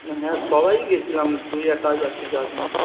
হ্যাঁ সবাই গেছিলাম তুই একা আজ আজকে যাস নি